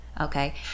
okay